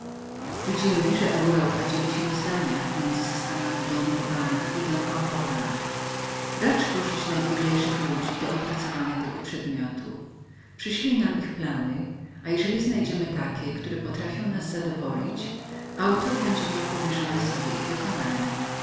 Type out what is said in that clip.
widzimy że europa dzieli się w zdaniach między systemami vaubana i cohorna racz użyć najbieglejszych oficerów do opracowania tego przedmiotu przyszlij nam ich plany a jeżeli znajdziemy takie które potrafią nas zadowolić autor będzie miał powierzonem sobie ich wykonanie